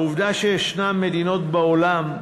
העובדה שיש מדינות בעולם,